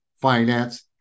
finance